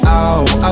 out